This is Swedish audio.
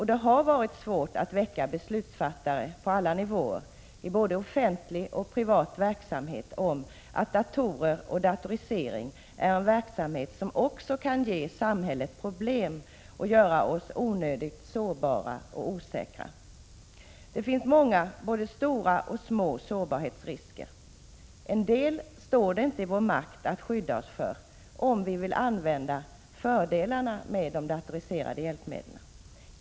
Det har varit svårt att väcka beslutsfattare på alla nivåer i både offentlig och privat verksamhet till insikt om att datorer och datorisering är en verksamhet som också kan ge samhället problem och göra oss onödigt sårbara och osäkra. Det finns många både stora och små sårbarhetsrisker. En del står det inte i vår makt att skydda oss för om vi vill använda fördelarna med de datoriserade hjälpmedlen.